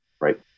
right